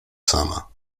sama